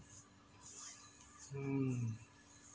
mm